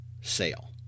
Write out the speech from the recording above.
sale